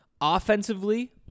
Offensively